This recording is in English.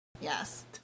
Yes